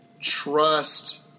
trust